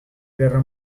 guerra